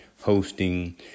hosting